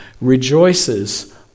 rejoices